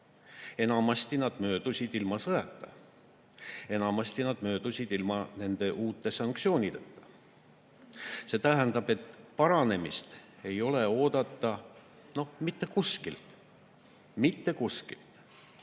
enamasti need möödusid ilma sõjata. Enamasti need möödusid ilma nende uute sanktsioonideta. See tähendab, et paranemist ei ole oodata mitte kuskilt. Mitte kuskilt.